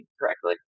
correctly